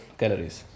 calories